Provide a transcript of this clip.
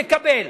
נקבל.